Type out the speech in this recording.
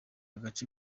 gace